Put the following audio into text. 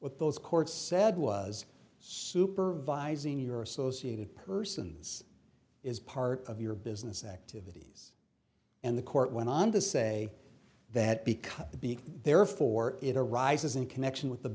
with those courts said was supervising your associated persons is part of your business activities and the court went on to say that because the being there for it arises in connection with the